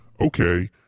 okay